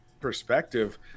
perspective